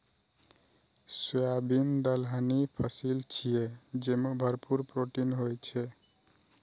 soybean दलहनी फसिल छियै, जेमे भरपूर प्रोटीन होइ छै